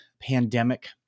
pandemic